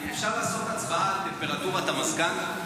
אפשר לעשות הצבעה על טמפרטורת המזגן?